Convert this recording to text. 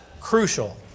crucial